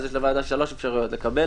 יש לוועדה שלוש אפשרויות: לקבל,